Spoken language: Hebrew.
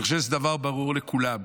אני חושב שזה דבר ברור לכולם.